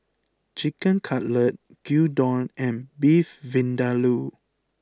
Chicken Cutlet Gyudon and Beef Vindaloo